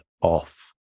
off